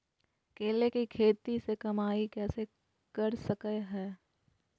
केले के खेती से कमाई कैसे कर सकय हयय?